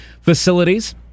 facilities